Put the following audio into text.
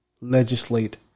legislate